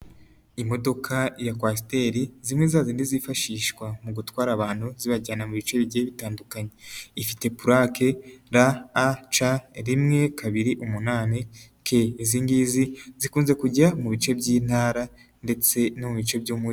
Imodoka ya kwasiteri, zimwe zazindi zifashishwa mu gutwara abantu zibajyana mu bice bigiye bitandukanye. Ifite purake, r a c rimwe kabiri umunani, ke. Izi ngizi, zikunze kujya mu bice by'intara ndetse no mu bice byo mugi.